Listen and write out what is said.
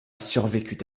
survécut